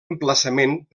emplaçament